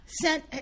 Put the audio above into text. sent